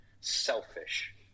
selfish